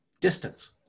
Distance